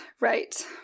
right